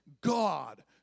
God